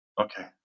Okay